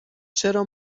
چرا